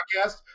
podcast